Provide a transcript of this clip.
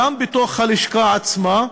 גם בתוך הלשכה עצמה,